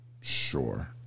Sure